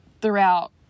throughout